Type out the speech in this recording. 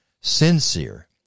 sincere